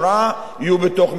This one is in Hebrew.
יהיו בתוך מסגרת,